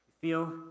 Feel